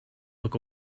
look